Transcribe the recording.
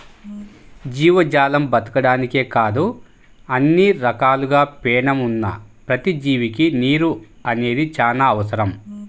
జీవజాలం బతకడానికే కాదు అన్ని రకాలుగా పేణం ఉన్న ప్రతి జీవికి నీరు అనేది చానా అవసరం